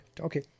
Okay